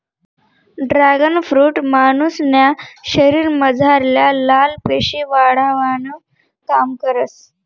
dragon fruit मानुसन्या शरीरमझारल्या लाल पेशी वाढावानं काम करस